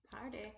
party